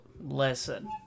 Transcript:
listen